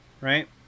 Right